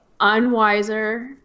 unwiser